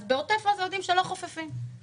אז בעוטף עזה יודעים שלא חופפים את הראש,